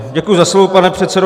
Děkuji za slovo, pane předsedo.